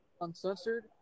uncensored